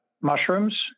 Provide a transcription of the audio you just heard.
mushrooms